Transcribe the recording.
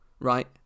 right